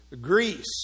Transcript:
Greece